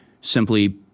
simply